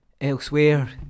Elsewhere